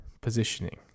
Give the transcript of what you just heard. positioning